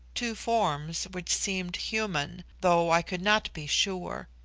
two forms which seemed human, though i could not be sure.